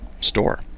store